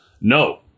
No